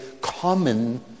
common